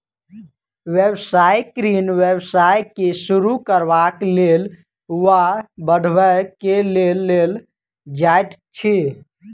व्यवसायिक ऋण व्यवसाय के शुरू करबाक लेल वा बढ़बय के लेल लेल जाइत अछि